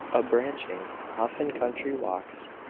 a branching off in country walks,